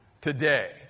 today